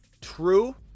True